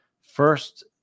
First